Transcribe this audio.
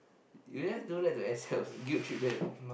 you just don't have to accept guilt trip them